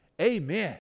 amen